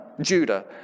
Judah